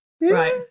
Right